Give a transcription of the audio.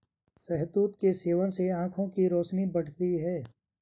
शहतूत के सेवन से आंखों की रोशनी बढ़ती है